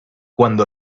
cuando